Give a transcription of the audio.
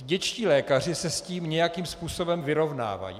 Dětští lékaři se s tím nějakým způsobem vyrovnávají.